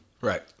Right